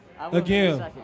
Again